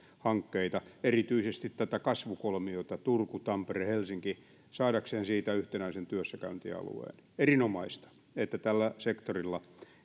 hankkeita erityisesti tätä kasvukolmiota turku tampere helsinki saadakseen siitä yhtenäisen työssäkäyntialueen erinomaista että tällä sektorilla